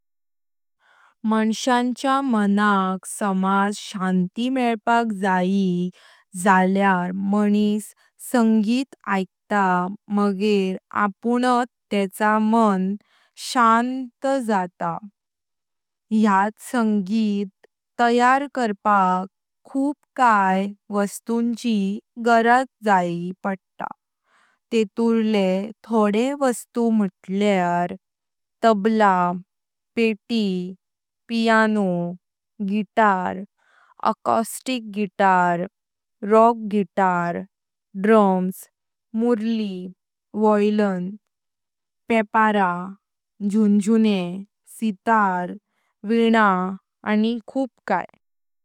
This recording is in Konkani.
मंसाच्या मानाक समाज शांति मेळपाक जायी जाल्यार मानस संगीत आइकता मागेर अपुणात तेच मण शांत जात। यात संगीत तैयार कारपाक खुब काय वस्तुंची गरज जायी पडता तेतूर्ले थोडे वस्तु मुतल्यार तबला। पेटी, piano, guitar, acoustic guitar, rock guitar, drums, मुरली, वॉयलिन, पेपरा, झुंझुने, सितार, वीणा आनी खोब काय।